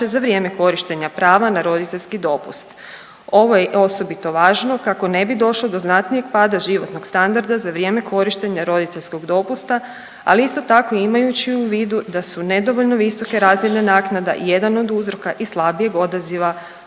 za vrijeme korištenja prava na roditeljski dopust. Ovo je osobito važno kako ne bi došlo do znatnijeg pada životnog standarda za vrijeme korištenja roditeljskog dopusta, ali isto tako imajući u vidu da su nedovoljno visoke razine naknada jedan od uzroka i slabijeg odaziva